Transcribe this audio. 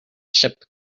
ship